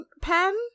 pen